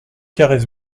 carrez